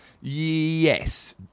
Yes